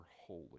holy